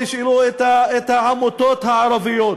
תשאלו את העמותות הערביות.